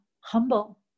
humble